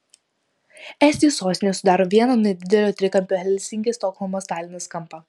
estijos sostinė sudaro vieną nedidelio trikampio helsinkis stokholmas talinas kampą